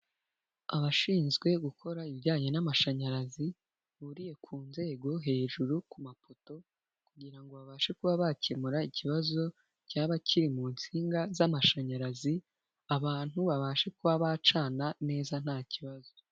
Abashinzwe gukora ibijyanye n'amashanyarazi, bahuriye ku nzego hejuru ku mapoto, kugirango ngo babashe kuba bakemura ikibazo cyaba kiri mu nsinga z'amashanyarazi, abantu babashe kuba bacana neza nta kibazo.